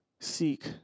seek